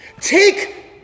Take